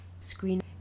screen